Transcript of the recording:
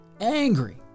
Angry